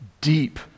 deep